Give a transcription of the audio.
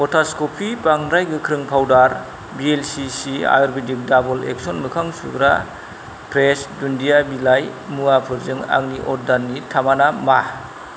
कटास कफि बांद्राय गोख्रों पाउदार बिएलसिसि आयुर्बेदिक डाबल एक्सन मोखां सुग्रा फ्रेश दुन्दिया बिलाइ मुवाफोरजों आंनि अर्डारनि थामाना मा